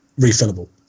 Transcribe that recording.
refillable